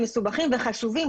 מסובכים וחשובים,